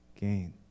gain